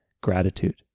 gratitude